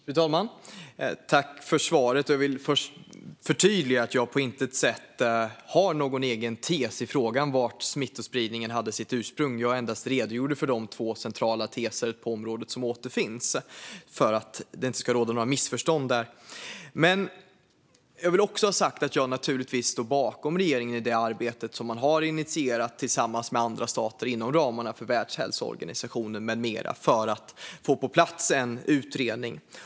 Fru talman! Tack, utrikesministern, för svaret! Jag vill först förtydliga att jag på intet sätt har någon egen tes i frågan var smittspridningen hade sitt ursprung; jag redogjorde endast för de två centrala teser som finns på området. Det ska inte råda några missförstånd om det. Jag vill också ha sagt att jag naturligtvis står bakom regeringen i det arbete som man har initierat tillsammans med andra stater inom ramarna för Världshälsoorganisationen med flera för att få på plats en utredning.